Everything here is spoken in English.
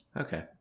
Okay